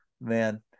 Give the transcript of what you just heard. Man